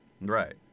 Right